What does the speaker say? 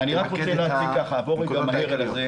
אני רק רוצה להציג ככה, נעבור מהר על הזה.